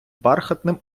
бархатним